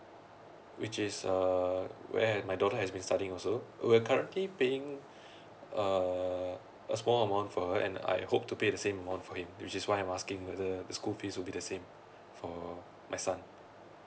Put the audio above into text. which is uh where my daughter has been studying also we're currently paying uh a small amount for her and I hope to be the same amount for him which is why I'm asking whether the school fees will be the same for my son